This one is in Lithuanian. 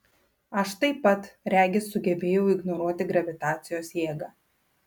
aš taip pat regis sugebėjau ignoruoti gravitacijos jėgą